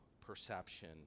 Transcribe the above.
perception